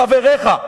חבריך,